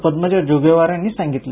पद्मजा जोगेवार यांनी सांगितलं